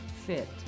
fit